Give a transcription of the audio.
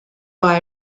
buy